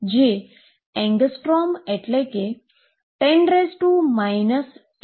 જે એંગસ્ટ્રોમ્સ એટલે કે 10 10 મીટરના ક્રમમાં હોઈ શકે છે